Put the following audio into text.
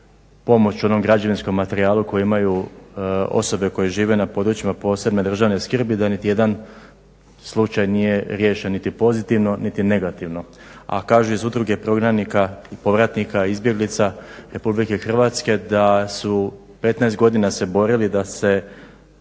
pomoć onom građevinskom materijalu koji imaju osobe koje žive na područjima posebne državne skrbi, da niti jedan slučaj nije riješen niti pozitivno niti negativno, a kažu iz udruge prognanika i povratnika izbjeglica RH da su 15 godina se borili da se